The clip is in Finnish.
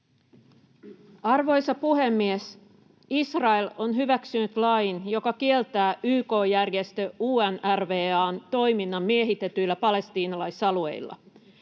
Arvoisa puhemies! Israel on hyväksynyt lain, joka kieltää YK-järjestö UNRWA:n toiminnan miehitetyillä palestiinalaisalueilla.